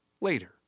later